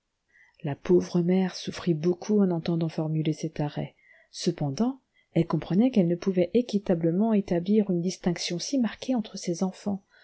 la pauvre mère souffrit beaucoup en entendant formuler cet arrêt cependant elle comprenait qu'elle ne pouvait équitablement établir une distinction si marquée entre ses enfants